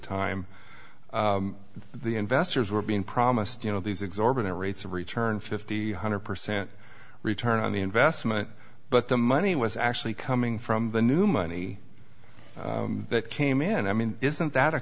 time the investors were being promised you know these exorbitant rates of return fifty hundred percent return on the investment but the money was actually coming from the new money that came in i mean isn't that a